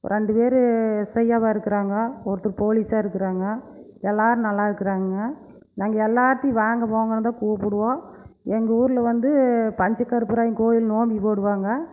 ரெண்டு பேர் எஸ்ஐ யாவா இருக்கிறாங்க ஒருத்தர் போலீஸாக இருக்கிறாங்க எல்லாரும் நல்லாருக்குறாங்கங்க நாங்கள் எல்லார்த்தையும் வாங்க போங்கன்னுதான் கூப்பிடுவோம் எங்கள் ஊரில் வந்து பஞ்ச கருப்பராயன் கோயில் நோம்பி போடுவாங்க